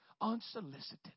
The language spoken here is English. unsolicited